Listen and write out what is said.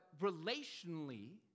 relationally